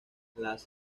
las